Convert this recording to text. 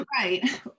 right